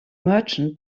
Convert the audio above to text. merchant